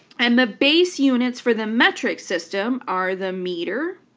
and the base units for the metric system are the meter,